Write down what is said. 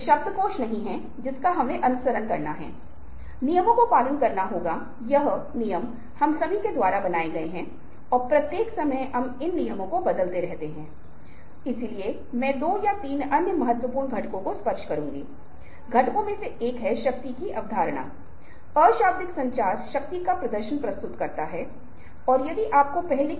अब हम ६ प्रमुख कारकों पर ध्यान देंगे जिन्हें हम इस प्रस्तुति के साथ आगे बढ़ाते हैं और यह महत्वपूर्ण हो जाएगा कि पहला मुद्दा पारस्परिक है जो अनुनय के कार्य में नितांत आवश्यक है क्योंकि जब मैं प्रयास कर रहा होता हूं किसी को मनाने के लिए उस व्यक्ति को मुझसे सहमत होना चाहिए अगर ऐसा नहीं होता है तो अनुनय नहीं होगा